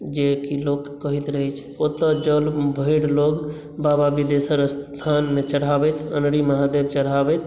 जैकी लोक कहैत रहै छै ओतय जल भरि लोग बाबा बिदेश्वर स्थान मे चढ़ाबैत अन्हरी महादेव चढ़ाबैत